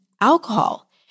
alcohol